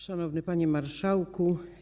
Szanowny Panie Marszałku!